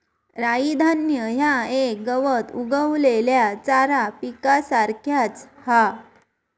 राई धान्य ह्या एक गवत उगवलेल्या चारा पिकासारख्याच हा